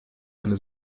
eine